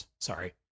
sorry